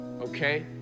Okay